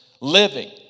living